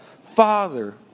Father